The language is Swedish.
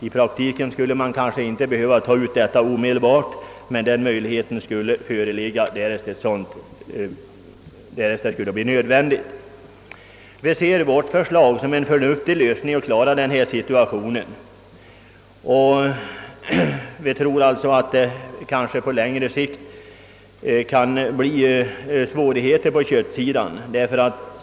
I praktiken kanske den höjda avgiften inte behöver ta gas ut omedelbart, men möjlighet därtill skulle föreligga. Vi ser vårt förslag som ett förnuftigt sätt att klara situationen. Längre fram kan svårigheter uppstå beträffande köttförsörjningen.